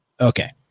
okay